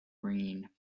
green